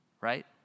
Right